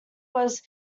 was